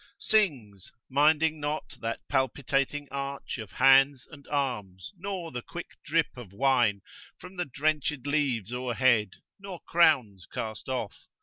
sings, minding not that palpitating arch of hands and arms, nor the quick drip of wine from the drenched leaves o'erhead, nor crowns cast off,